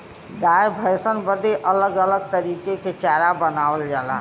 गाय भैसन बदे अलग अलग तरीके के चारा बनावल जाला